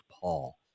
Paul